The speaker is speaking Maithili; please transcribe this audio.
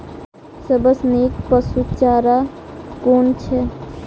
सबसँ नीक पशुचारा कुन छैक?